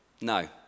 No